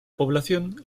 población